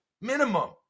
minimum